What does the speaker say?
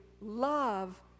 love